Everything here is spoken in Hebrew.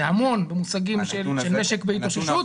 זה המון במושגים של משק בהתאוששות,